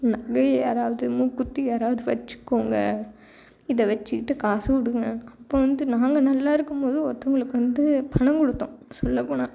நகையை யாராவது மூக்குத்தி யாராவது வெச்சுக்கோங்க இத வெச்சுக்கிட்டு காசு கொடுங்க அப்போ வந்து நாங்கள் நல்லாயிருக்கும் போது ஒருத்தங்களுக்கு வந்து பணம் கொடுத்தோம் சொல்லப் போனால்